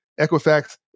Equifax